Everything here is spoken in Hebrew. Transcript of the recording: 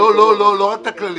לא לא, לא רק הכללים.